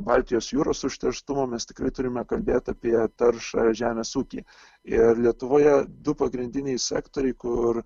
baltijos jūros užterštumo mes tikrai turime kalbėt apie taršą žemės ūkyje ir lietuvoje du pagrindiniai sektoriai kur